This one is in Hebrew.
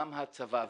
גם הצבא,